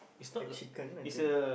a chicken I think